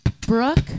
Brooke